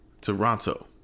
Toronto